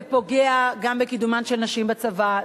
זה פוגע גם בקידומן של נשים בצבא,